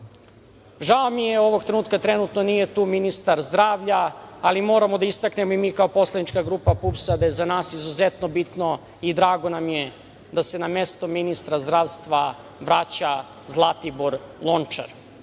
mi je što trenutno nije tu ministar zdravlja, ali moramo da istaknemo i mi kao poslanička grupa PUPS-a da je za nas izuzetno bitno i drago mi je da se na mesto ministra zdravstva vraća Zlatibor Lončar.